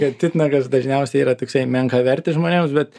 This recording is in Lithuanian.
kad titnagas dažniausiai yra toksai menkavertis žmonėms bet